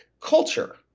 culture